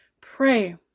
Pray